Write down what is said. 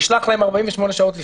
נשלח להם 48 שעות לפני,